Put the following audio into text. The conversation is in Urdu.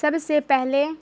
سب سے پہلے